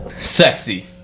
sexy